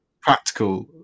Practical